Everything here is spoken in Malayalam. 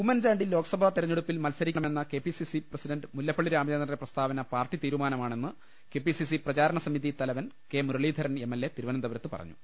ഉമ്മൻചാണ്ടി ലോകസ്ഭാ തെരഞ്ഞെടുപ്പിൽ മത്സരിക്കണമെന്ന K P C C president Mullappally രാമചന്ദ്രന്റെ പ്രസ്താവന പാർട്ടി തീരുമാനമാണെന്ന് കെ പി സി സി പ്രചാരണ സമിതി തല വൻ K Muraleedharan M L A തിരുവനന്തപുരത്ത് പറഞ്ഞു